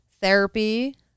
therapy